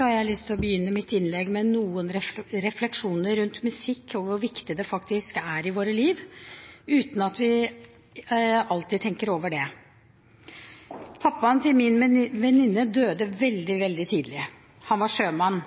har jeg lyst til å begynne mitt innlegg med noen refleksjoner rundt musikk og hvor viktig den faktisk er i våre liv, uten at vi alltid tenker over det. Pappaen til min venninne døde veldig tidlig. Han var sjømann.